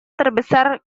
terbesar